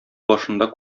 башында